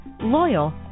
loyal